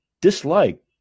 dislike